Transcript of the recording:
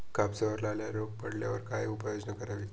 कापसावर लाल्या रोग पडल्यावर काय उपाययोजना करावी?